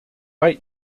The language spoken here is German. bei